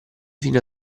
fino